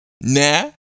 Nah